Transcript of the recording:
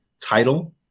title